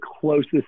closest